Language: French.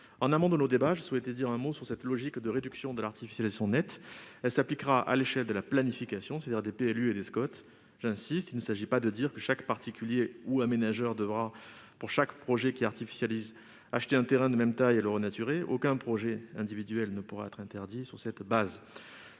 En amont de nos débats, je souhaite dire un mot de cette logique de réduction de l'artificialisation nette, qui s'appliquera à l'échelle de la planification, c'est-à-dire des PLU et des SCoT. J'y insiste, il ne s'agit pas de dire que chaque particulier ou aménageur devra, pour chaque projet qui artificialise, acheter un terrain de même taille et le renaturer. Aucun projet individuel ne pourra être interdit sur cette base.